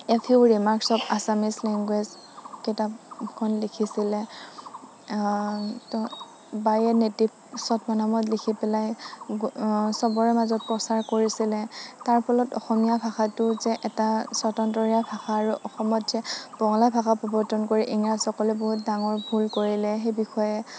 A few remarks of Assamese language কিতাপখন লিখিছিলে by a natives ছদ্মনামত লিখি পেলাই চবৰে মাজত প্ৰচাৰ কৰিছিলে তাৰ ফলত অসমীয়া ভাষাটো যে এটা স্বতন্ত্ৰীয়া ভাষা আৰু অসমত যে বঙলা ভাষা প্ৰৱৰ্তন কৰি ইংৰাজসকলে বহুত ডাঙৰ ভুল কৰিলে সেই বিষয়ে